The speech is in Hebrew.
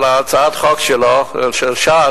על הצעת החוק שלו ושל ש"ס,